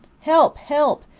help, help!